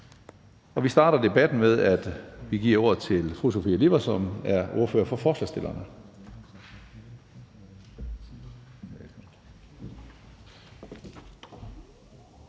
Vi starter debatten med at give ordet til fru Sofie Lippert, som er ordfører for forslagsstillerne.